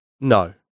No